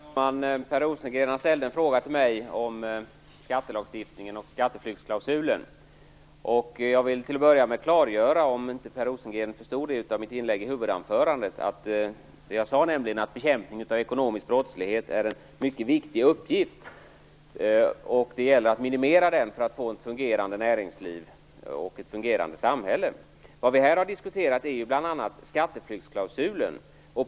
Herr talman! Per Rosengren ställde en fråga till mig om skattelagstiftningen och skatteflyktsklausulen. Jag vill till att börja med klargöra, för det fall att Per Rosengren inte förstod det av mitt inlägg i huvudanförandet, att bekämpningen av ekonomisk brottslighet är en mycket viktig uppgift och att det gäller att minimera den för att få ett fungerande näringsliv och ett fungerande samhälle. Vad vi här har diskuterat är bl.a. skatteflyktsklausulen.